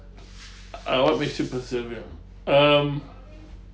uh I want makes you persevere ya um